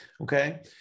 okay